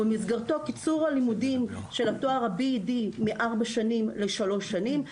ובמסגרתו קיצור הלימודים של התואר B.Ed מארבע שנים לשלוש שנים.